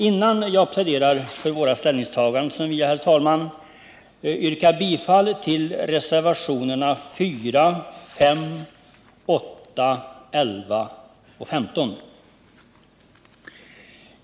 Innan jag pläderar för våra ställningstaganden vill jag, herr talman, yrka bifall till reservationerna 4, 5, 8, 11 och 15.